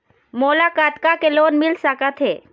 मोला कतका के लोन मिल सकत हे?